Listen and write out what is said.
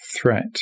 threat